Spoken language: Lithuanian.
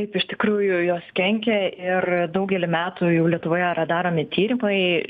kaip iš tikrųjų jos kenkė ir daugelį metų jau lietuvoje yra daromi tyrimai